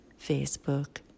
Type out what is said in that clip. Facebook